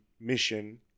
mission